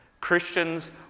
Christians